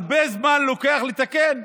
הרבה זמן לוקח לתקן.